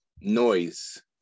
noise